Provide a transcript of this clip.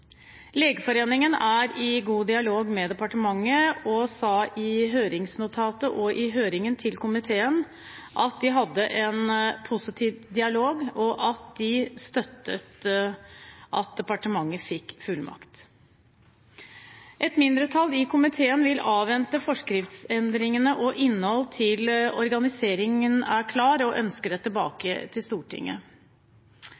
Legeforeningen er i god dialog med departementet og sa i høringsnotatet og i høringen til komiteen at de hadde en positiv dialog, og at de støttet at departementet fikk fullmakt. Et mindretall i komiteen vil avvente forskriftsendringene og innholdet til organiseringen er klar, og ønsker det tilbake til Stortinget.